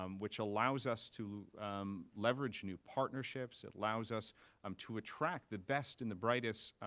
um which allows us to leverage new partnerships, allows us um to attract the best and the brightest,